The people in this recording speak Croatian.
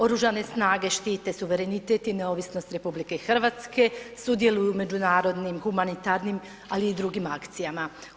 Oružane snage štite suverenitet i neovisnost RH, sudjeluju u međunarodnim humanitarnim i drugim akcijama.